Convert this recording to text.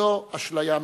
זו אשליה מסוכנת.